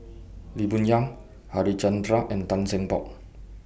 Lee Boon Yang Harichandra and Tan Cheng Bock